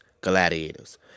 gladiators